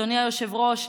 אדוני היושב-ראש,